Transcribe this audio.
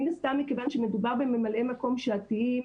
מן הסתם מכיוון שמדובר בממלאי מקום שעתיים,